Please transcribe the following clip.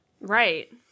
Right